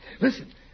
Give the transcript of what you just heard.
Listen